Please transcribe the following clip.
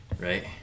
Right